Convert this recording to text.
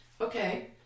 Okay